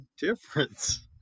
difference